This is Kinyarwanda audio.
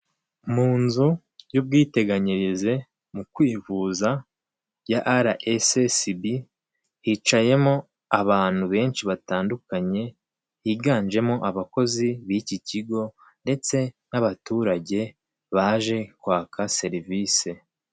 Igikorwaremezo cy'umuhanda w'abanyamaguru ndetse w'ibinyabiziga, aho ibinyabiziga hari kugenderwaho n'ibinyabiziga mu bwoko bwa moto eshatu, ebyiri zitwawe n'abayobozi bazo ndetse bafite abagenzi batwaye, ndetse n'indi imwe idafite umugenzi utwaye ahubwo itwawe n'umuyobozi wayo gusa.